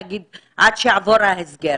נניח עד שיעבור ההסגר".